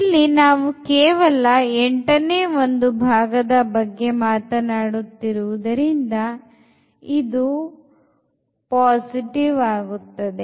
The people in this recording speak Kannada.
ಇಲ್ಲಿ ನಾವು ಕೇವಲ 8ನೇ ಒಂದು ಭಾಗದ ಬಗ್ಗೆ ಮಾತನಾಡುತ್ತಿರುವುದರಿಂದ ಇದು ಆಗುತ್ತದೆ